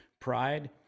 pride